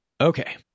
Okay